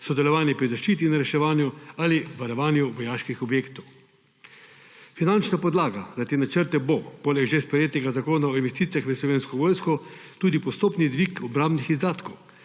sodelovanje pri zaščiti in reševanju ali varovanju vojaških objektov. Finančna podlaga za te načrte bo poleg že sprejetega Zakona o investicijah v Slovensko vojsko tudi postopni dvig obrambnih izdatkov.